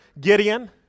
Gideon